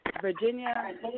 Virginia